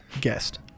guest